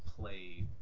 play